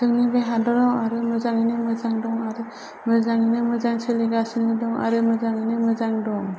जोंनि बे हादोराव आरो मोजाङैनो मोजां दं आरो मोजाङैनो मोजां सोलिगासिनो दं आरो मोजाङैनो मोजां दं